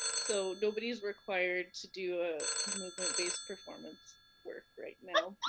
so nobody is required to do a movement-based performance work right now.